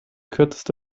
kürzeste